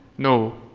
no.